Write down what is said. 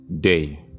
day